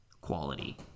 quality